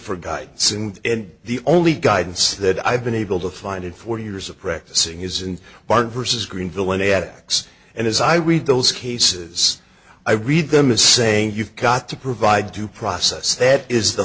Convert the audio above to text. then the only guidance that i've been able to find in four years of practicing is in barn versus greenville an x and as i read those cases i read them as saying you've got to provide due process that is the